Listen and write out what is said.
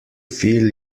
feel